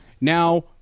now